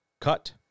Cut